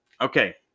Okay